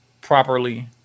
properly